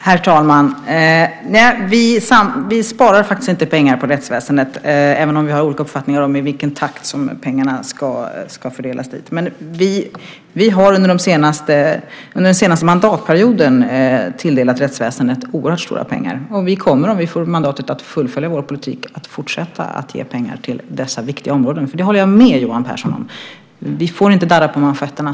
Herr talman! Vi sparar faktiskt inte pengar på rättsväsendet, men vi har olika uppfattningar om i vilken takt som pengarna ska fördelas dit. Vi har under den senaste mandatperioden tilldelat rättsväsendet oerhört stora pengar. Vi kommer, om vi får mandatet, att fullfölja vår politik och fortsätta att ge mera pengar till dessa viktiga områden. Där håller jag med Johan Pehrson om att vi inte får darra på manschetterna.